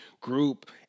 group